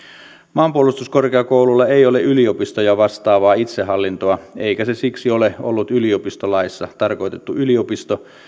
maanpuolustuskorkeakoululla ei ole yliopistoja vastaavaa itsehallintoa eikä se siksi ole ollut yliopistolaissa tarkoitettu yliopisto